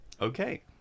Okay